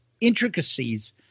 intricacies